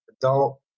adult